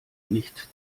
nicht